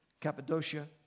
Cappadocia